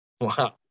Wow